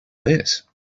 this